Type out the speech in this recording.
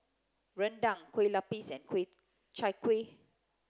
Rendang Kueh Lapis and Chai Kuih